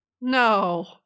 No